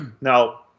Now